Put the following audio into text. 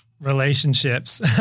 relationships